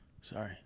Sorry